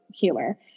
humor